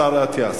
השר אטיאס,